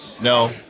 No